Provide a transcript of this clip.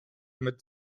mit